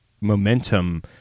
momentum